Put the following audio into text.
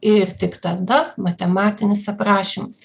ir tik tada matematinis aprašymas